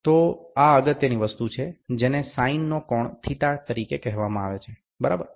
તો આ અગત્યની વસ્તુ છે જેને સાઇનનો કોણ θ તરીકે કહેવામાં આવે છે બરાબર